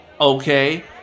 okay